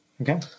Okay